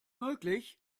möglich